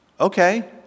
Okay